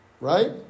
right